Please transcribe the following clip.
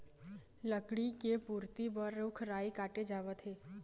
लकड़ी के पूरति बर रूख राई काटे जावत हे